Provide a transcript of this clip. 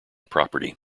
property